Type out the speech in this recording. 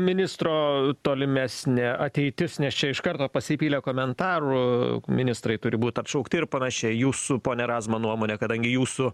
ministro tolimesnė ateitis nes čia iš karto pasipylė komentarų ministrai turi būti atšaukti ir panašiai jūsų pone razma nuomone kadangi jūsų